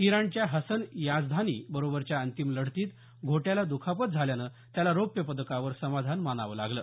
इराणच्या Hasan Yazdani बरोबरच्या अंतिम लढतीत घोट्याला दुखापत झाल्यामुळे त्याला रौप्य पदकावर समाधान मानावं लागलं